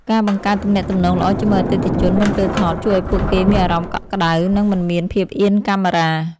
ការបង្កើតទំនាក់ទំនងល្អជាមួយអតិថិជនមុនពេលថត ជួយឱ្យពួកគេមានអារម្មណ៍កក់ក្ដៅ និងមិនមានភាពអៀនកាមេរ៉ា។